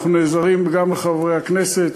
אנחנו נעזרים גם בחברי הכנסת,